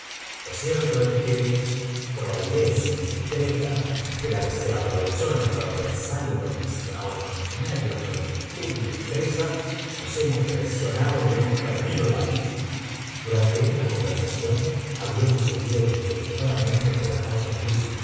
lo cierto es que por avidez indiscreta de la que se aprovechó nuestro adversario con extraordinaria prontitud y destreza nos hemos traicionado y ht í mos perdido la pista v durante esta conversación habíamos seguido despredoupádamente por la calle